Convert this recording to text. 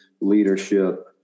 leadership